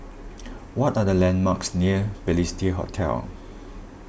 what are the landmarks near Balestier Hotel